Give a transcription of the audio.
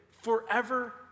forever